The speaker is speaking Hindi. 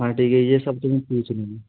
हाँ ठीक है यह सब तो मैं पूछ लूँ